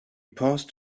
paused